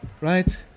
right